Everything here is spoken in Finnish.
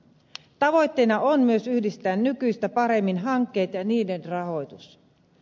tavoitteena on myös yhdistää nykyistä paremmin hankkeet ja niiden rahoitus